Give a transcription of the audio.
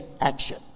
action